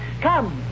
Come